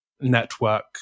network